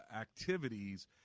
activities